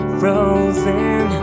frozen